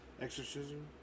Exorcism